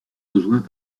rejoints